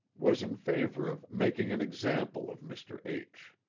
was in favor of making an example of mr. h.